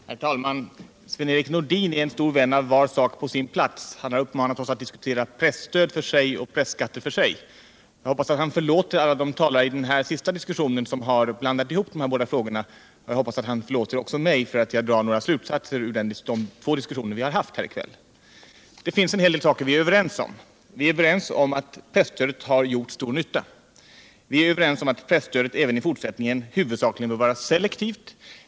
Herr talman! Sven-Erik Nordin är en stor vän av var sak på sin plats. Han har uppmanat oss att diskutera presstöd för sig och presskatter för sig. Jag hoppas att han förlåter alla de talare i den senaste diskussionen som har blandat ihop de båda frågorna. Jag hoppas att han förlåter också mig för att jag drar några slutsatser ur de två diskussioner som vi har haft här i kväll. Det finns en hel del saker vi är överens om. Vi är överens om att presstödet har gjort stor nytta. Vi är överens om att presstödet även i fortsättningen huvudsakligen bör vara selektivt.